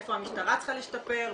איפה המשטרה צריכה להשתפר,